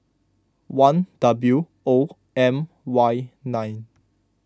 one W O M Y nine